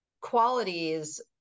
qualities